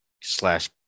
slash